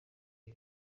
ibi